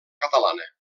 catalana